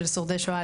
של שורדי שואה,